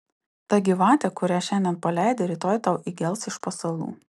ta gyvatė kurią šiandien paleidi rytoj tau įgels iš pasalų